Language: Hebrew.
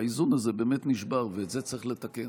והאיזון הזה באמת נשבר ואת זה צריך לתקן.